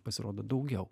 pasirodo daugiau